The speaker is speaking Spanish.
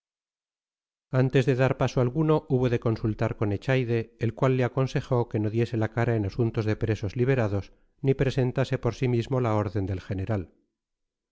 antes de dar paso alguno hubo de consultar con echaide el cual le aconsejó que no diese la cara en asuntos de presos liberados ni presentase por sí mismo la orden del general